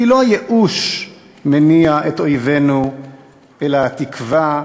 כי לא הייאוש מניע את אויבינו אלא התקווה,